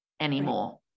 anymore